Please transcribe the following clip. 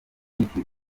nicky